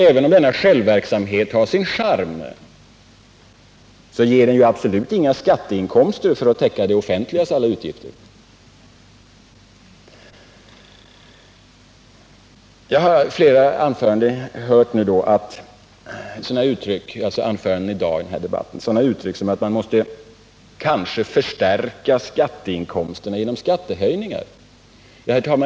Även om självverksamheten har sin charm, ger den inga skatteinkomster för att täcka det offentligas alla utgifter. Jag har i flera anföranden här i dag hört sådana uttryck som att man måste kanske förstärka statsinkomsterna genom skattehöjningar.